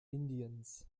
indiens